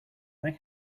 they